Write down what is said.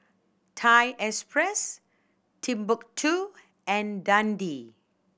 Thai Express Timbuk Two and Dundee